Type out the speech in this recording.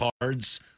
cards